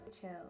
chill